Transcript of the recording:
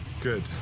Good